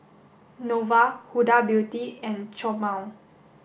Nova Huda Beauty and Chomel